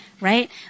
right